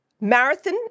marathon